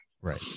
Right